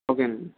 okay అండి